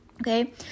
okay